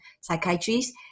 psychiatrists